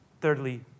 Thirdly